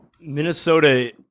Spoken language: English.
Minnesota